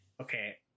okay